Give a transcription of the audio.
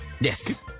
Yes